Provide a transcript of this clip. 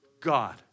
God